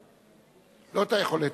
לא את היכולת,